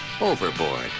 Overboard